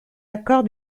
accord